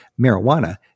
marijuana